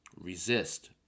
resist